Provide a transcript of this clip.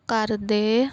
ਕਰਦੇ